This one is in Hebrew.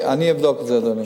אני אבדוק את זה, אדוני.